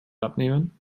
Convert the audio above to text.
abnehmen